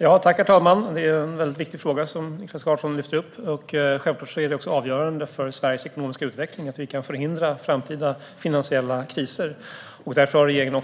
Herr talman! Det är en mycket viktig fråga som Niklas Karlsson lyfter fram. Självklart är det avgörande för Sveriges ekonomiska utveckling att vi kan förhindra framtida finansiella kriser. Därför har regeringen